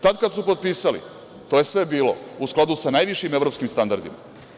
Tada kada su potpisali to je sve bilo u skladu sa najvišim evropskim standardima.